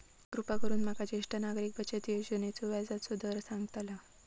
कृपा करून माका ज्येष्ठ नागरिक बचत योजनेचो व्याजचो दर सांगताल